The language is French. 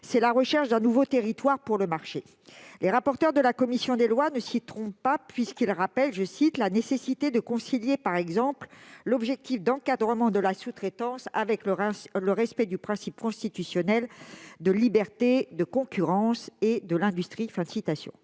c'est la recherche d'un nouveau territoire pour le marché ... Les rapporteurs de la commission des lois ne s'y trompent pas, puisqu'ils rappellent « la nécessité de concilier, par exemple, l'objectif d'encadrement de la sous-traitance avec le respect du principe constitutionnel de liberté, de concurrence et de l'industrie ».